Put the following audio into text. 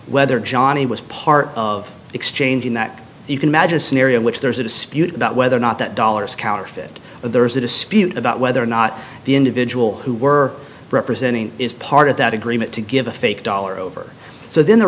whether johnnie was part of exchanging that you can imagine scenario in which there's a dispute about whether or not that dollars counterfeit but there is a dispute about whether or not the individual who were representing is part of that agreement to give a fake dollar over so then the